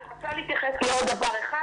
אני רוצה להתייחס לעוד דבר אחד.